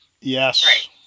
yes